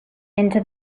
into